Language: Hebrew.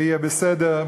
ויהיה בסדר,